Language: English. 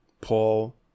Paul